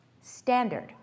standard